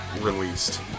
released